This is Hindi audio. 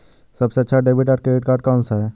सबसे अच्छा डेबिट या क्रेडिट कार्ड कौन सा है?